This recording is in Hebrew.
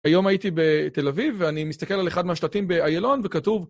היום הייתי בתל אביב, ואני מסתכל על אחד מהשלטים באיילון, וכתוב...